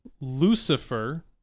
Lucifer